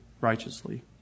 righteously